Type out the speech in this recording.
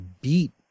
beat